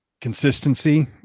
consistency